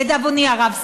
לדאבוני הרב,